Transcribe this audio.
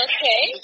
Okay